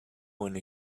one